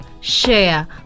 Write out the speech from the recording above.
share